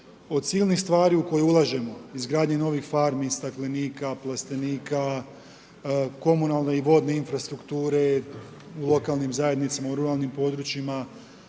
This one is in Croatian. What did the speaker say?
Od silnih stvari u koje ulažemo, izgradnje novih farmi i staklenika, plastenika, komunalne i vodne infrastrukture, u lokalnim zajednicama, u ruralnim područjima,